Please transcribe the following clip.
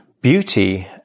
beauty